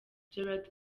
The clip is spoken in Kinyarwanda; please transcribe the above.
jared